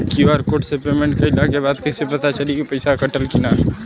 QR code से payment कईला के बाद कईसे पता चली की पैसा कटल की ना?